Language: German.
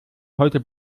heute